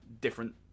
different